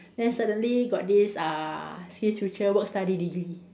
then suddenly got this uh SkillsFuture work study degree